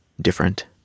different